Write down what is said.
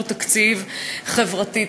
הוא תקציב חברתי,